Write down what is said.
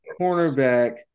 cornerback